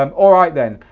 um all right then,